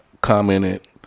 commented